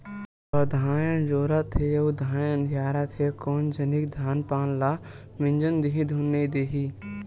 बंधाए अजोरत हे अउ धाय अधियारत हे कोन जनिक धान पान ल मिजन दिही धुन नइ देही